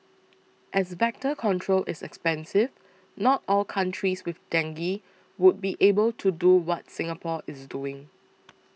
as vector control is expensive not all countries with dengue would be able to do what Singapore is doing